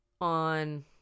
on